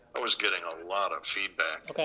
i was getting a lot of feedback.